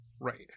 Right